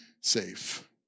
safe